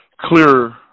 clearer